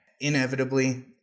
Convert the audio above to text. Inevitably